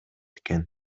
экен